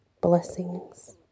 blessings